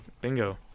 Bingo